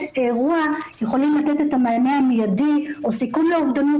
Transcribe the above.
אירוע יכולים לתת את המענה המיידי או סיכול האובדנות,